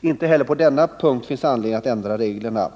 Inte heller på denna punkt finns anledning att ändra reglerna.